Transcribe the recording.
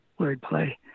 wordplay